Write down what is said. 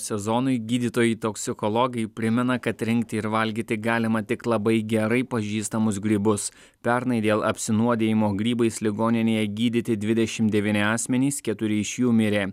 sezonui gydytojai toksikologai primena kad rinkti ir valgyti galima tik labai gerai pažįstamus grybus pernai dėl apsinuodijimo grybais ligoninėje gydyti dvidešim devyni asmenys keturi iš jų mirė